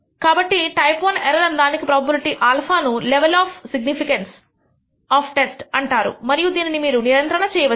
కాబట్టి type I error అను దానికి ప్రోబబిలిటీ α ను level of significance of test అంటారు మరియు దీనిని మీరు నియంత్రణ చేయవచ్చు